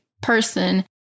person